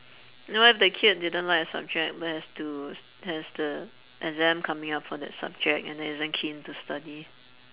then what if the kid didn't like a subject where has to has the exam coming up for that subject and isn't keen to study